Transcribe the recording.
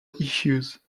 issues